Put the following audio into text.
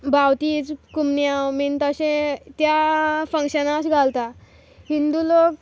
बावथीज्म कुमन्यांव बीन तशें त्या फंक्शना अशें घालता हिंदू लोक